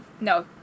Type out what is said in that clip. no